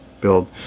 build